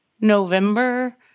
November